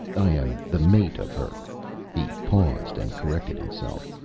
i am the mate of her he paused and corrected himself.